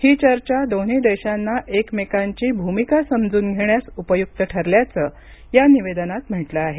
ही चर्चा दोन्ही देशांना एकमेकांची भूमिका समजून घेण्यास उपयुक्त ठरल्याचं या निवेदनात म्हटलं आहे